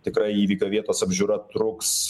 tikrai įvykio vietos apžiūra truks